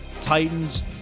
Titans